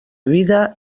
vida